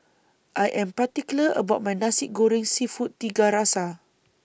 I Am particular about My Nasi Goreng Seafood Tiga Rasa